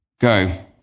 go